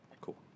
Cool